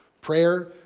Prayer